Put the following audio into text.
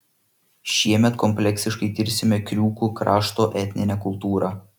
šiemet kompleksiškai tirsime kriūkų krašto etninę kultūrą